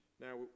Now